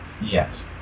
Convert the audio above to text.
Yes